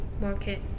market